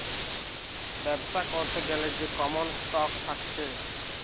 বেবসা করতে গ্যালে যে কমন স্টক থাকছে